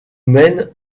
mènent